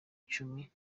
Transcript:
cumi